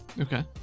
Okay